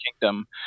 kingdom